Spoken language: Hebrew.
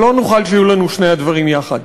אבל לא נוכל שיהיו לנו שני הדברים יחד.